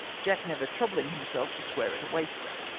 jack never troubling himself to swear at a waister.